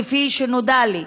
כפי שנודע לי,